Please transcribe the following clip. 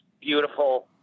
beautiful